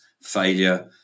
failure